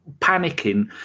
panicking